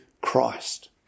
Christ